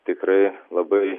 tikrai labai